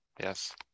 Yes